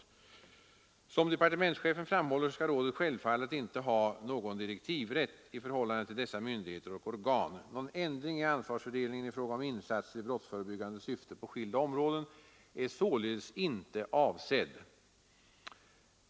Som departementschefen framhåller skall rådet självfallet inte ha någon direktivrätt i förhållande till dessa myndigheter och organ. Någon ändring av ansvarsfördelningen i fråga om insatser i brottsförebyggande syfte på skilda områden är således inte avsedd.